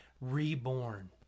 reborn